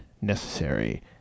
necessary